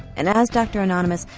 and as dr anonymous,